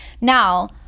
Now